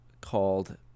called